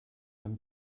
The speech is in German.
ein